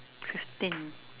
fifteen